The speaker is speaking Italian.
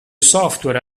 software